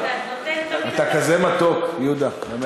אתה כזה מתוק, יהודה, באמת.